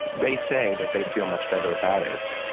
they say that they feel much better about it.